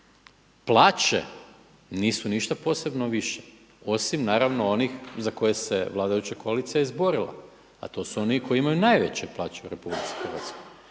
Plaće nisu ništa posebno više osim naravno onih za koje se vladajuća koalicija izborila a to su oni koji imaju najveće plaće u RH. Znači za